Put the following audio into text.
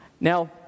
Now